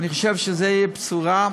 אני חושב שזאת תהיה בשורה.